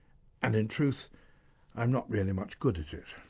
and in truth i'm not really much good at it.